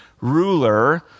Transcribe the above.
ruler